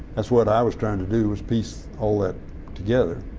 that's what i was trying to do was piece all that together.